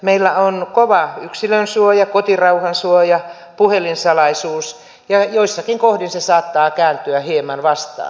meillä on kova yksilön suoja kotirauhan suoja puhelinsalaisuus ja joissakin kohdin se saattaa kääntyä hieman vastaan